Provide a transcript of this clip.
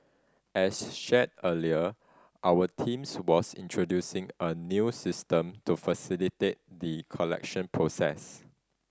as shared earlier our teams was introducing a new system to facilitate the collection process